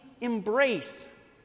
embrace